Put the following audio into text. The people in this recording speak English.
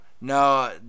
No